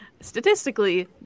statistically